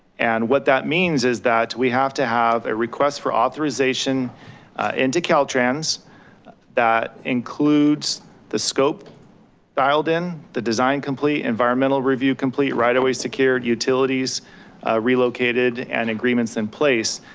and what that means is that we have to have a request for authorization into caltrans that includes the scope dialed in the design, complete environmental review, complete right of way secured, utilities relocated and agreements in place,